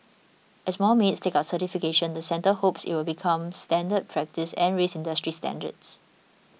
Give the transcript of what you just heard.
as more maids take up certification the centre hopes it will become standard practice and raise industry standards